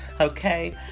Okay